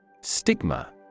Stigma